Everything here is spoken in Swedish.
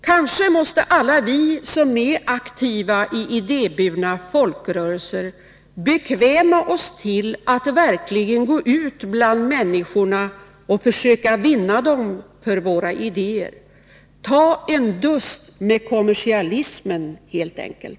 Kanske måste alla vi som är aktiva i idéburna folkrörelser bekväma oss till att verkligen gå ut bland människorna och försöka vinna dem för våra idéer, att ta en dust med kommersialismen helt enkelt.